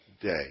day